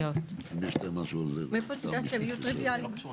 מאיפה את יודעת שהם יהיו טריוויאליים?